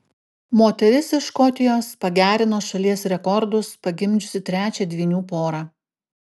moteris iš škotijos pagerino šalies rekordus pagimdžiusi trečią dvynių porą